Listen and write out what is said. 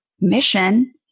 mission